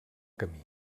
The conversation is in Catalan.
camí